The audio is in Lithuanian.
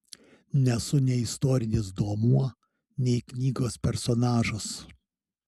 nesu nei istorinis duomuo nei knygos personažas